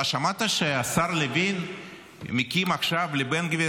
אתה שמעת שהשר לוין מקים עכשיו לבן גביר